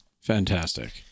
Fantastic